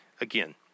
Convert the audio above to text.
again